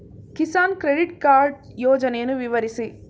Kisan credit card ಯೋಜನೆಯನ್ನು ವಿವರಿಸಿ?